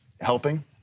helping